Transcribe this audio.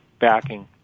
backing